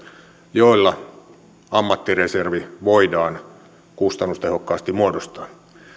joilla ammattireservi voidaan kustannustehokkaasti muodostaa